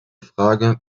frage